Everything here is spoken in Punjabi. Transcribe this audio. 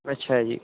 ਅੱਛਾ ਜੀ